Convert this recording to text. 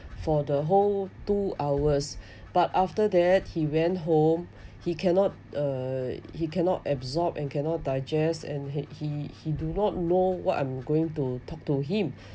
for the whole two hours but after that he went home he cannot uh he cannot absorb and cannot digest and he he he do not know what I'm going to talk to him